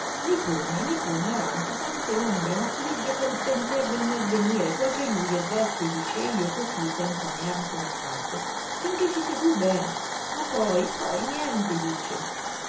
i pone mi pone davanti tante ombre m'affligge col col pensiero del mio avvenire poiché lui è vecchio dice e io così senza né arte né parte finché ci sei tu bene ma poi poi niente dice